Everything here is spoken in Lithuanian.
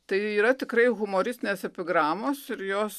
tai yra tikrai humoristinės epigramos ir jos